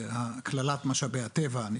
שזה קללת משאבי הטבע,